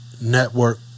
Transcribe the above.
Network